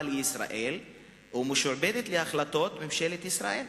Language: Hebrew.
של ישראל או משועבדת להחלטות ממשלת ישראל.